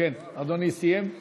שם מתדיינים ושם הדברים נחתכים.